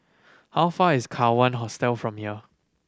how far is Kawan Hostel from here